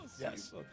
Yes